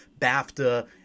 BAFTA